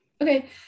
Okay